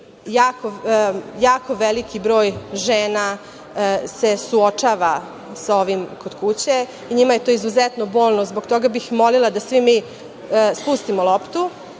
jako veliki broj žena se suočava sa ovim kod kuće i njima je to izuzetno bolno. Zbog toga bih molila da svi mi spustimo loptu